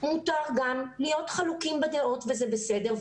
מותר גם להיות חלוקים בדעות וזה בסדר,